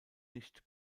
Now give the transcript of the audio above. nicht